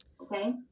Okay